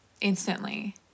instantly